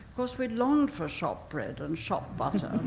course, we longed for shop bread and shop butter,